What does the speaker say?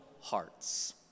hearts